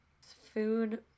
Food